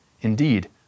Indeed